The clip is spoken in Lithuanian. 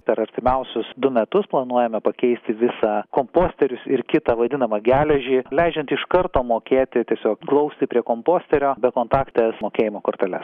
per artimiausius du metus planuojame pakeisti visą komposterius ir kitą vadinamą geležį leidžiant iš karto mokėti tiesiog glausti prie komposterio bekontaktes mokėjimo korteles